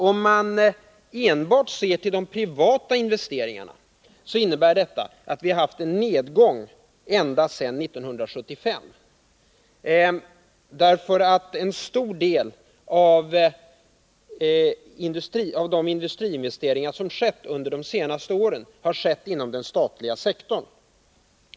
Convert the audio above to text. Om vi enbart ser på de privata investeringarna har vi haft en nedgång eller stagnation ända sedan 1975. En stor del av de industriinvesteringar som skett under de senaste åren har nämligen gjorts inom den statliga sektorn.